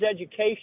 education